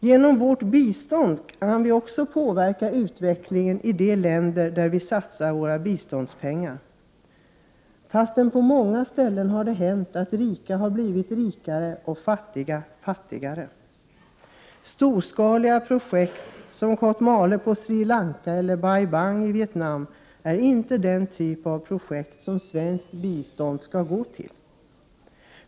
Genom vårt bistånd kan vi också påverka utvecklingen i länder där vi satsar våra biståndspengar. Men på många ställen blir de rika bara rikare och de fattiga fattigare. Storskaliga projekt som Kot Male på Sri Lanka eller Bai Bangi Vietnam är inte den typ av projekt som svenskt bistånd skall gå till.